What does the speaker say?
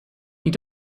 you